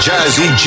Jazzy